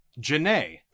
Janae